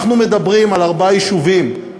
אנחנו מדברים על ארבעה יישובים,